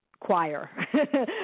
Choir